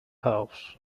house